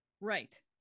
right